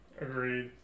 Agreed